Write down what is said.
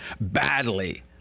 badly